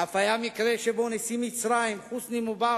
אף היה מקרה שבו נשיא מצרים, חוסני מובארק,